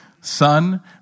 Son